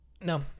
no